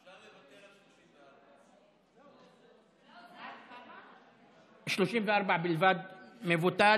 אפשר לוותר על 34. 34 בלבד מבוטל.